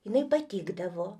jinai patikdavo